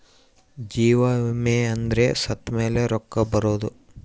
ಜೀವ ವಿಮೆ ಅಂದ್ರ ಸತ್ತ್ಮೆಲೆ ರೊಕ್ಕ ಬರೋದು